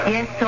Yes